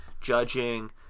judging